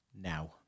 now